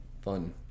fun